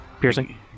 Piercing